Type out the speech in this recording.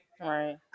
Right